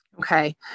Okay